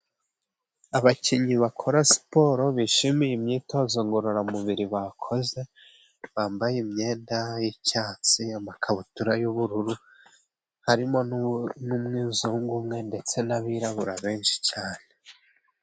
Abakinnyi bakora siporo bishimiye imyitozo ngororamubiri, bakoze bambaye imyenda y'icyatsi, amakabutura y'ubururu harimo n'umuzungu umwe ndetse n'abirabura benshi cyane.